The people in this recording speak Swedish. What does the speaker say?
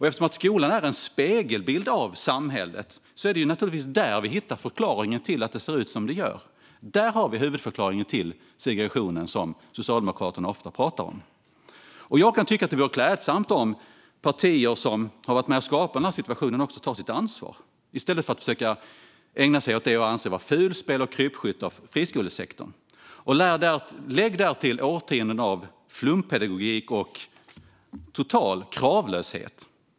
Eftersom skolan är en spegelbild av samhället är det naturligtvis där vi hittar förklaringen till att det ser ut som det gör. Där har vi huvudförklaringen till segregationen, som Socialdemokraterna ofta pratar om. Jag kan tycka att det vore klädsamt om de partier som har varit med och skapat denna situation också tog sitt ansvar, i stället för att försöka ägna sig åt det jag anser vara fulspel och krypskytte mot friskolesektorn. Lägg därtill årtionden av flumpedagogik och total kravlöshet.